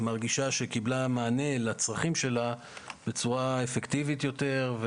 מרגישה שקיבלה מענה לצרכים שלה בצורה אפקטיבית יותר.